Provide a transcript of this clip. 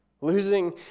Losing